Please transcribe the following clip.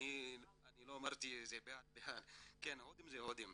מכיוון שאני באתי מהשטח.